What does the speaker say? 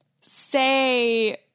say